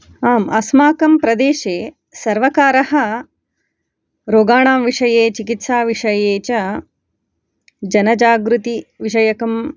आम् अस्माकं प्रदेशे सर्वकारः रोगाणां विषये चिकित्साविषये च जनजागृतिविषयकं